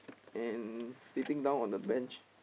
and sitting down on a bench